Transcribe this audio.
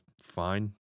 fine